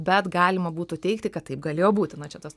bet galima būtų teigti kad taip galėjo būti na čia tas